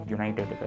United